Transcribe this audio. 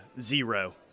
zero